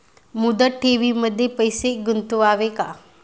मुदत ठेवींमध्ये पैसे गुंतवावे का?